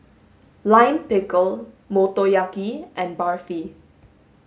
lime pickle motoyaki and Barfi